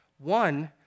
One